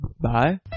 Bye